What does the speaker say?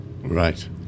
Right